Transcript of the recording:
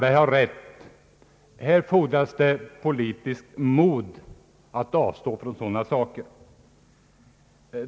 Men det fordras, som herr Strandberg säger, politiskt mod för att avstå från sådana överbud.